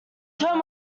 term